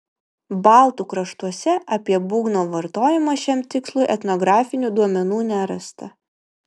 baltų kraštuose apie būgno vartojimą šiam tikslui etnografinių duomenų nerasta